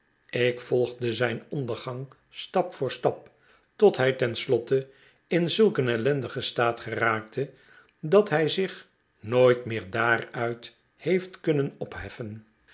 ik volgde zijn ondergang stap voor stap tot hij ten slotte in zulk een ellendigen staat geraakte dat hij zich nooit meer daaruit heeft kunnen opheffen